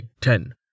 ten